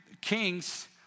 Kings